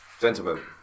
gentlemen